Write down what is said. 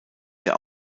der